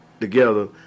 together